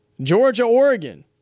Georgia-Oregon